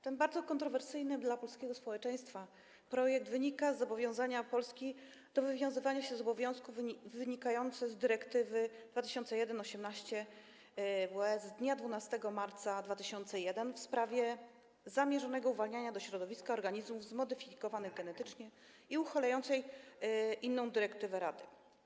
Ten bardzo kontrowersyjny dla polskiego społeczeństwa projekt wynika z zobowiązania Polski do wywiązywania się z obowiązku wynikającego z dyrektywy 2001/18/WE z dnia 12 marca 2001 r. w sprawie zamierzonego uwalniania do środowiska organizmów zmodyfikowanych genetycznie i uchylającej inną dyrektywę Rady.